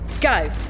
Go